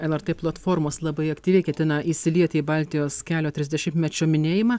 lrt platformos labai aktyviai ketina įsilieti į baltijos kelio trisdešimtmečio minėjimą